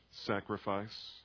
sacrifice